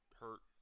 hurt